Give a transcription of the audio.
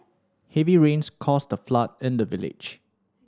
heavy rains caused a flood in the village